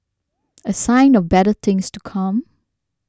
a sign of better things to come